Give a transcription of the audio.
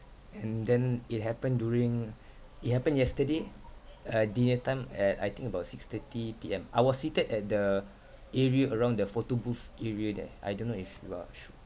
and then it happened during it happened yesterday uh dinner time at I think about six thirty P_M I was seated at the area around the photo booth area there I don't know if you are sure